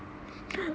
ah